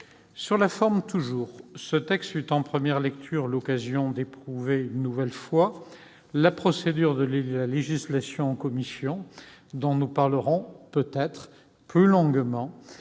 Sur la forme toujours, ce texte fut, en première lecture, l'occasion d'éprouver une nouvelle fois la procédure de la législation en commission, dont nous parlerons peut-être plus longuement